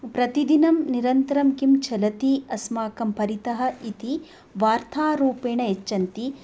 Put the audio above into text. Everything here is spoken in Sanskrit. प्रतिदिनं निरन्तरं किं चलति अस्माकं परितः इति वार्तारूपेण यच्छन्ति